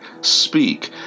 speak